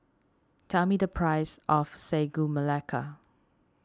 tell me the price of Sagu Melaka